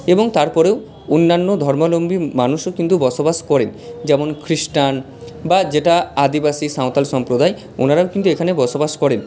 এবং তারপরেও অন্যান্য ধর্মাবলম্বী মানুষও কিন্তু বসবাস করে যেমন খ্রিস্টান বা যেটা আদিবাসী সাঁওতাল সম্প্রদায় ওনারাও কিন্তু এখানে বসবাস করেন